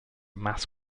mass